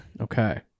okay